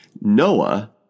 Noah